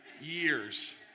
years